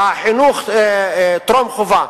חינוך טרום-חובה,